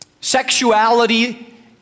sexuality